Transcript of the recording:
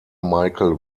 michael